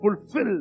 fulfill